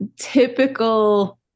typical